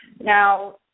Now